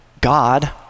God